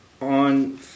on